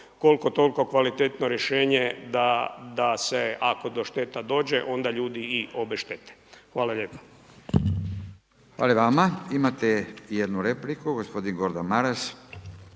koliko toliko kvalitetno rješenje da se ako do šteta dođe onda ljudi i obeštete. Hvala lijepa. **Radin, Furio (Nezavisni)** Hvala i vama. Imate jednu repliku. Gospodin Gordan Maras.